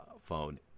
phone